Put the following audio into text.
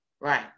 right